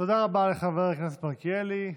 תודה רבה לחבר הכנסת מלכיאלי.